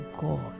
God